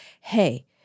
hey